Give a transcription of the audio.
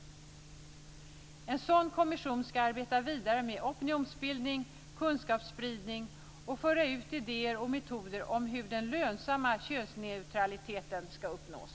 En sådan kommission skall arbeta vidare med opinionsbildning och kunskapsspridning. Den skall föra ut idéer och metoder om hur den lönsamma könsneutraliteten skall uppnås.